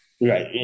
Right